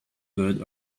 good